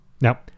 Now